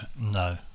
No